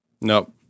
Nope